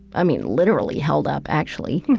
i mean, literally held up, actually,